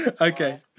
okay